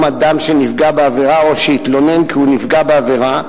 אדם שנפגע בעבירה או שהתלונן כי הוא נפגע בעבירה,